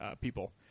people